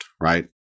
Right